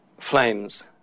flames